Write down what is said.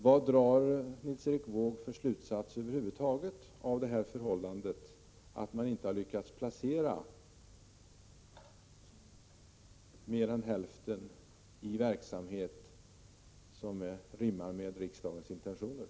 Vad drar Nils Erik Wååg för slutsats över huvud taget av det förhållandet att man inte lyckats placera ens hälften i verksamhet som rimmar med riksdagens intentioner?